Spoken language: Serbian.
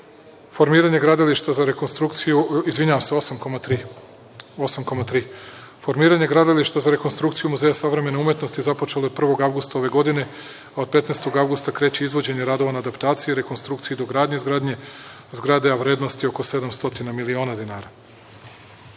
dan. Formiranje gradilišta za rekonstrukciju Muzeja savremene umetnosti započelo je 1. avgusta ove godine. Od 15. avgusta kreće izvođenje radova na adaptaciji, rekonstrukciji i dogradnji izgradnje zgrade, a vrednost je oko 700 miliona dinara. Što